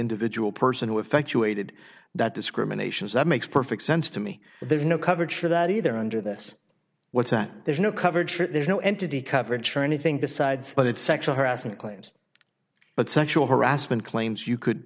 individual person who effectuated that discrimination is that makes perfect sense to me there's no coverage for that either under this what's that there's no coverage there's no entity coverage for anything besides what it sexual harassment claims but sexual harassment claims you could